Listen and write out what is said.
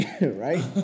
right